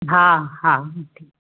हा हा ठीक